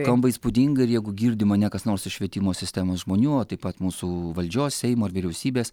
kamba įspūdingai ir jeigu girdi mane kas nors iš švietimo sistemos žmonių o taip pat mūsų valdžios seimo ir vyriausybės